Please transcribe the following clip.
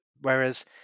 whereas